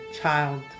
child